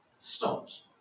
stops